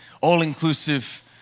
all-inclusive